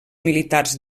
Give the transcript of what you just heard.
militars